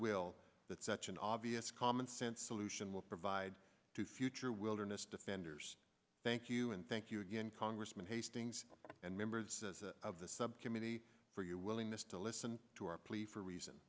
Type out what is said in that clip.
will that such an obvious common sense will provide to future wilderness defenders thank you and thank you again congressman hastings and members of the subcommittee for your willingness to listen to our plea for reason